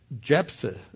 Jephthah